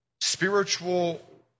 spiritual